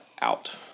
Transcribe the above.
out